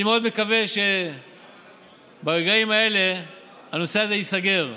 אני מאוד מקווה שברגעים האלה הנושא הזה ייסגר.